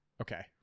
Okay